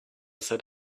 said